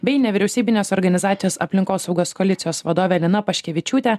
bei nevyriausybinės organizacijos aplinkosaugos koalicijos vadove lina paškevičiūte